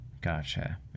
Gotcha